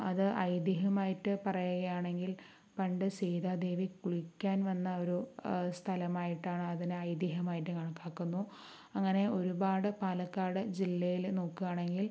അത് ഐതിഹ്യമായിട്ട് പറയുകയാണെങ്കിൽ പണ്ട് സീതാദേവി കുളിക്കാൻ വന്ന ഒരു സ്ഥലമായിട്ടാണ് അതിനെ ഐതിഹ്യമായിട്ട് കണക്കാക്കുന്നു അങ്ങനെ ഒരുപാട് പാലക്കാട് ജില്ലയിൽ നോക്കുകയാണെങ്കിൽ